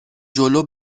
جلو